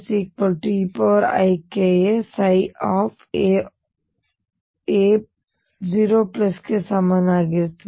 ಈಗ a eika 0 ಗೆ ಸಮನಾಗಿರುತ್ತದೆ